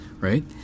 right